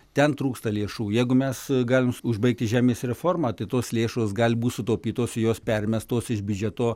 ten trūksta lėšų jeigu mes galim užbaigti žemės reformą tai tos lėšos gali būt sutaupytos jos permestos iš biudžeto